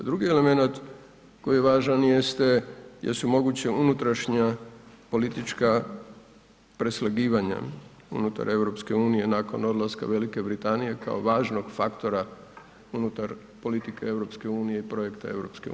Drugi elemenat koji je važan jesu moguća unutrašnja politička preslagivanja unutar EU nakon odlaska Velike Britanije kao važnog faktora unutar politike EU i projekta EU.